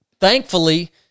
thankfully